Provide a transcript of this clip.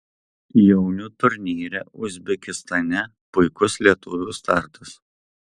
jaunių turnyre uzbekistane puikus lietuvių startas